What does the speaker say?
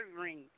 ring